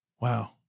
Wow